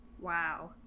Wow